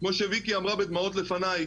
כמו שויקי אמרה בדמעות לפני,